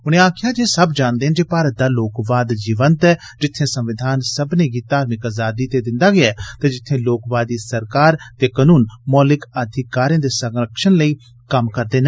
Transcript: उनें आक्खेआ सब जानदे न जे भारत दा लोकवाद जीवंत ऐ जित्थे संविधान सब्मनें गी धार्मिक आज़ादी ते दिंदा गै ते जित्थें लोकवादी सरकार ते कानून मौलिक अधिकारें दे संरक्षण लेई कम्म करदे न